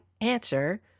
answer